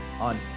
on